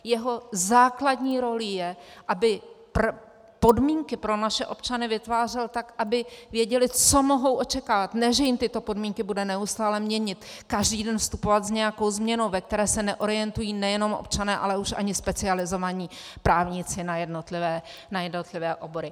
Jeho základní rolí je, aby podmínky pro naše občany vytvářel tak, aby věděli, co mohou očekávat, ne že jim tyto podmínky bude neustále měnit, každý den vstupovat s nějakou změnou, ve které se neorientují nejenom občané, ale už ani specializovaní právníci na jednotlivé obory.